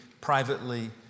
privately